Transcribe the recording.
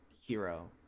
hero